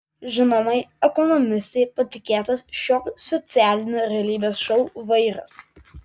žinomai ekonomistei patikėtas šio socialinio realybės šou vairas